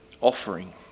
offering